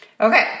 Okay